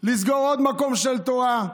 לסגור עוד מקום של תורה.